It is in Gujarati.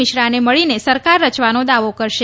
મિશ્રાને મળીને સરકાર રચવાનો દાવો કરશે